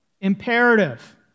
imperative